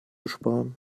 sparen